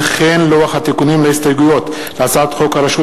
לוח התיקונים להסתייגויות להצעת חוק הרשות